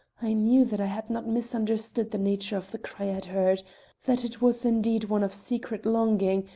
i knew that i had not misunderstood the nature of the cry i had heard that it was indeed one of secret longing,